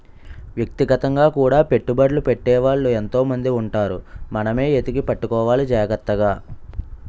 వ్యక్తిగతంగా కూడా పెట్టుబడ్లు పెట్టే వాళ్ళు ఎంతో మంది ఉంటారు మనమే ఎతికి పట్టుకోవాలి జాగ్రత్తగా